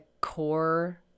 core